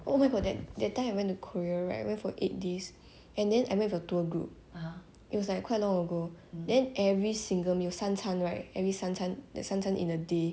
oh where for that that time I went to korea right I went for eight days and then I went for tour group it was like quite long ago then every single meal 三餐 right every 三餐 that 三餐 in a day